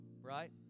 right